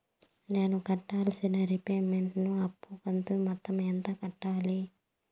నేను కట్టాల్సిన రీపేమెంట్ ను అప్పు కంతు మొత్తం ఎంత కట్టాలి?